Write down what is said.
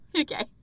Okay